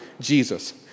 Jesus